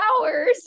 hours